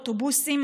אוטובוסים,